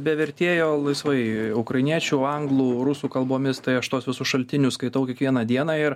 be vertėjo laisvai ukrainiečių anglų rusų kalbomis tai aš tuos visus šaltinius skaitau kiekvieną dieną ir